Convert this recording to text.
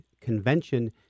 convention